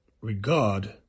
regard